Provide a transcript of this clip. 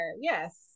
Yes